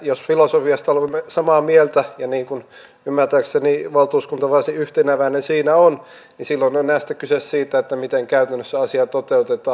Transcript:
jos filosofiasta olemme samaa mieltä ja niin kuin ymmärtääkseni valtuuskunta varsin yhteneväinen siinä on niin silloin on enää kyse siitä miten käytännössä asia toteutetaan